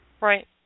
Right